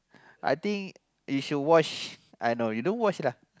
I think you should watch you don't watch lah